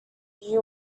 you